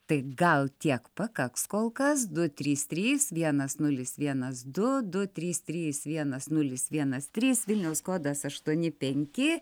tai gal tiek pakaks kol kas du trys trys vienas nulis vienas du du trys trys vienas nulis vienas trys vilniaus kodas aštuoni penki